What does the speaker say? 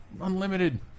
Unlimited